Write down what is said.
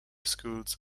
schools